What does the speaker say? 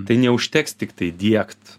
tai neužteks tiktai diegt